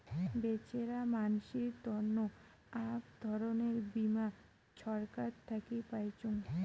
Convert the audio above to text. বেছেরা মানসির তন্ন আক ধরণের বীমা ছরকার থাকে পাইচুঙ